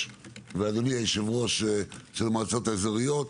ואדוני יושב-הראש של המועצות האזוריות,